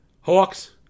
Hawks